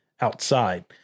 outside